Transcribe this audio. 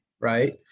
right